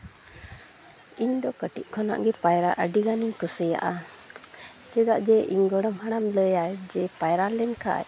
ᱤᱧᱫᱚ ᱠᱟᱹᱴᱤᱡ ᱠᱷᱚᱱᱟᱜ ᱜᱮ ᱯᱟᱭᱨᱟᱜ ᱟᱹᱰᱤᱜᱟᱱᱤᱧ ᱠᱩᱥᱤᱭᱟᱜᱼᱟ ᱪᱮᱫᱟᱜ ᱡᱮ ᱤᱧ ᱜᱚᱲᱚᱢ ᱦᱟᱲᱟᱢ ᱞᱟᱹᱭᱟᱭ ᱡᱮ ᱯᱟᱭᱨᱟ ᱞᱮᱱᱠᱷᱟᱡ